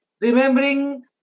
remembering